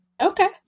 Okay